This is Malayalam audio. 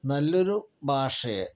നല്ലൊരു ഭാഷയെ